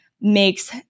makes